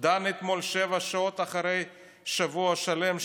דן אתמול שבע שעות אחרי ששבוע שלם,